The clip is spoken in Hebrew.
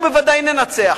ובוודאי ננצח.